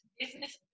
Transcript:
business